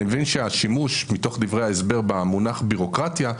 אני מבין שהשימוש מתוך דברי ההסבר במונח ביורוקרטיה,